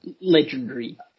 Legendary